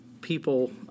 people